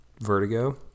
Vertigo